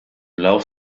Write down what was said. lauf